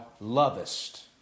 lovest